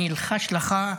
אני אלחש לך,